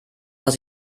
was